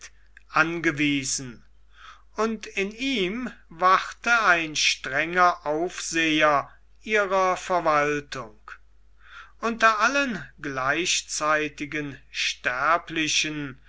angewiesen und in ihm wachte ein strenger aufseher ihrer verwaltung unter allen gleichzeitigen sterblichen